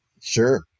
sure